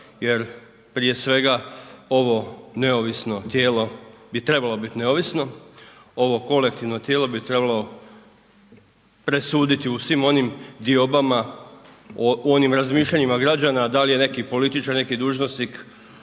jer prije svega ovo neovisno tijelo bi trebalo bit neovisno, ovo kolektivno tijelo bi trebalo presuditi u svim onim diobama, u onim razmišljanjima građana da li je neki političar, neki dužnosnik